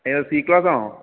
ഏത് സി ക്ലാസാണോ